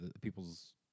people's